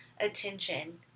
attention